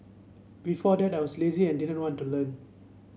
before that I was lazy and didn't want to learn